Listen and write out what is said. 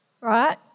right